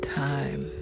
time